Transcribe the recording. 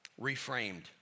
Reframed